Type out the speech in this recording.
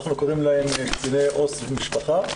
אנחנו קוראים להם קציני עו"ס משפחה,